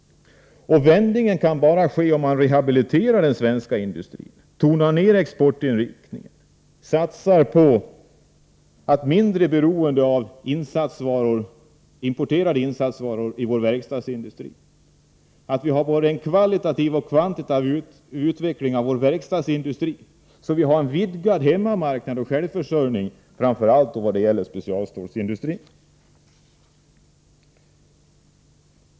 Vändningen kan bara komma, om man rehabiliterar den svenska industrin, tonar ner exportinriktningen, satsar på mindre beroende av importerade insatsvaror i vår verkstadsindustri och ser till att vi har både en kvalitativ och kvantitativ utveckling av vår verkstadsindustri, så att vi får en vidgad hemmamarknad och självförsörjning. Detta gäller framför allt specialstålsindustrin.